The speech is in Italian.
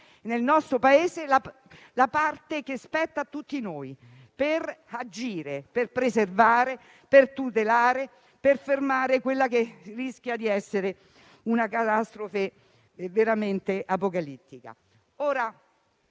nel nostro Paese, la parte che spetta a tutti noi al fine di agire, preservare, tutelare e fermare quella che rischia di essere una catastrofe apocalittica.